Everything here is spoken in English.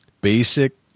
basic